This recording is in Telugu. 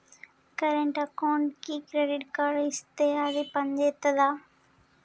కరెంట్ అకౌంట్కి క్రెడిట్ కార్డ్ ఇత్తే అది పని చేత్తదా?